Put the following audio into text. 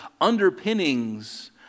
underpinnings